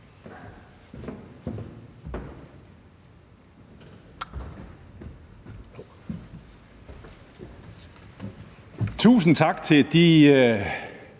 Tusind tak til de